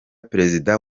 perezida